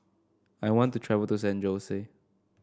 I want to travel to San Jose